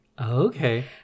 Okay